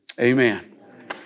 amen